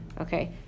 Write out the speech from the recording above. Okay